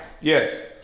Yes